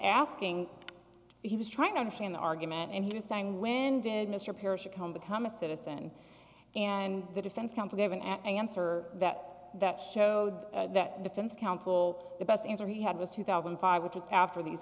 asking he was trying to understand the argument and he was saying when did mr parrish come become a citizen and the defense counsel gave an answer that that showed that defense counsel the best answer he had was two thousand and five which is after these